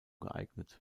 geeignet